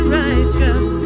righteous